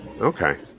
Okay